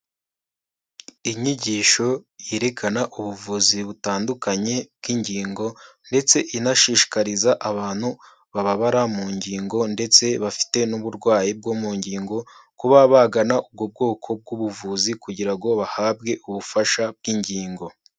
Inyigisho yerekana ubuvuzi butandukanye bw'ingingo ndetse inashishikariza abantu bababara mu ngingo ndetse bafite n'uburwayi bwo mu ngingo, kuba bagana ubwo bwoko bw'ubuvuzi kugira ngo bahabwe ubufasha bw'ingingo.